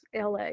LA